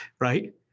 right